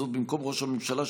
וזאת במקום ראש הממשלה,